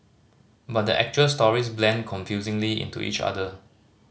but the actual stories blend confusingly into each other